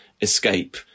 escape